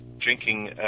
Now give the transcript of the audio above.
drinking